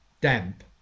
damp